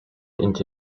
into